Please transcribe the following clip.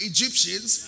Egyptians